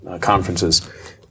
conferences